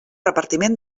repartiment